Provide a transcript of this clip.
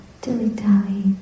dilly-dally